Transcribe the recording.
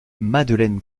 madeleine